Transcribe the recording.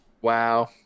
Wow